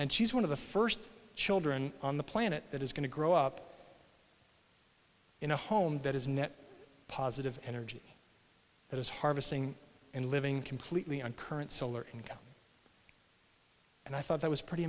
and she's one of the first children on the planet that is going to grow up in a home that is net positive energy that is harvesting and living completely on current solar and and i thought that was pretty